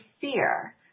fear